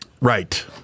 Right